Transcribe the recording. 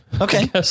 Okay